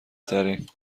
ترین